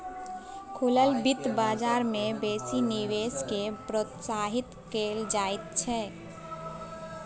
खुलल बित्त बजार मे बेसी निवेश केँ प्रोत्साहित कयल जाइत छै